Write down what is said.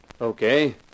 Okay